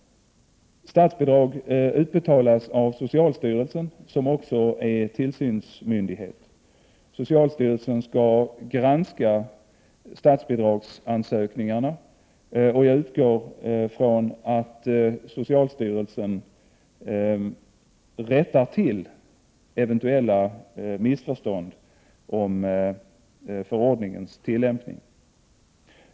Statsbidrag utbetalas av socialstyrelsen, som också är tillsynsmyndighet. Socialstyrelsen skall granska statsbidragsansökningarna, och jag utgår från att socialstyrelsen rättar till eventuella missförstånd om förordningens tillämpning.